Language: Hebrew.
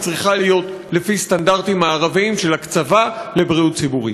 צריכה להיות לפי סטנדרטים מערביים של הקצבה לבריאות ציבורית.